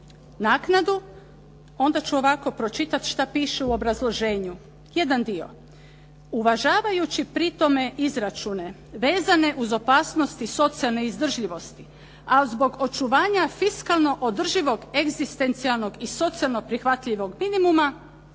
naknadu onda ću ovako pročitati šta piše u obrazloženju, jedan dio. "Uvažavajući pri tome izračune vezane uz opasnosti socijalne izdržljivosti a zbog očuvanja fiskalno održivog egzistencijalnog i socijalno prihvatljivog minimuma",